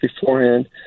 beforehand